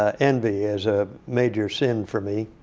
ah envy as a major sin for me.